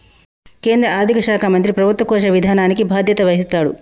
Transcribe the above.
కేంద్ర ఆర్థిక శాఖ మంత్రి ప్రభుత్వ కోశ విధానానికి బాధ్యత వహిస్తాడు